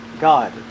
God